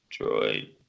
droid